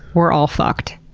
we're all fucked?